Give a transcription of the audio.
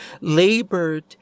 labored